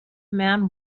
man